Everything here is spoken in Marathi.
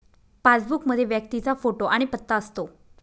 पासबुक मध्ये व्यक्तीचा फोटो आणि पत्ता असतो